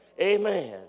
Amen